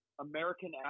American